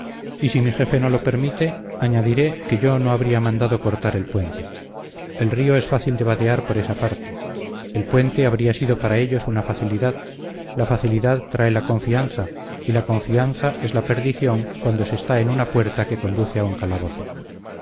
y si mi jefe no lo permite añadiré que yo no habría mandado cortar el puente el río es fácil de vadear por esa parte el puente habría sido para ellos una facilidad la facilidad trae la confianza y la confianza es la perdición cuando se está en una puerta que conduce a un calabozo